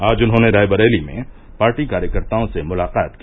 आज उन्होंने रायबरेली में पार्टी कार्यकर्ताओं से मुलाकात की